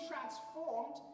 transformed